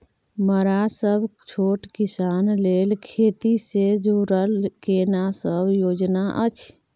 मरा सब छोट किसान लेल खेती से जुरल केना सब योजना अछि?